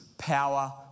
Power